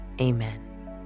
amen